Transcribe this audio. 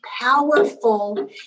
powerful